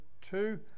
two